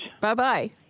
Bye-bye